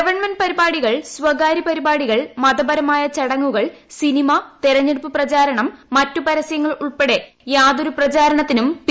government പരിപാടികൾ സ്വകാര്യ പരിപാടികൾ മതപരമായ ചടങ്ങുകൾ സിനിമ തെരഞ്ഞെടുപ്പ് പ്രചാരണം മറ്റു പരസ്യങ്ങൾ ഉൾപ്പെടെ യാതൊരു പ്രചാരണത്തിനും പി